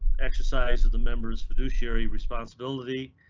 exercise is the members fiduciary responsibility.